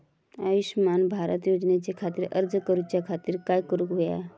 आयुष्यमान भारत योजने खातिर अर्ज करूच्या खातिर काय करुक होया?